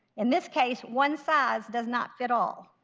in this case, one size does not fit all.